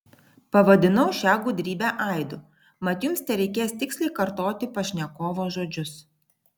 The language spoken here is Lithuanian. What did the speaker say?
pavadinau šią gudrybę aidu mat jums tereikės tiksliai kartoti pašnekovo žodžius